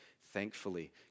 thankfully